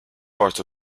part